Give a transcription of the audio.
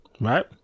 right